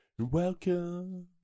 Welcome